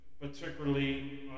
particularly